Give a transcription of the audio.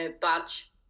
badge